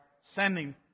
sending